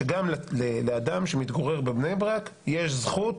שגם לאדם שמתגורר בבני ברק יש זכות,